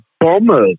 Bombers